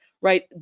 right